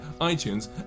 iTunes